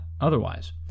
otherwise